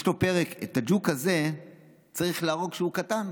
יש לו פרק: את הג'וק הזה צריך להרוג כשהוא קטן.